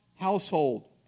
household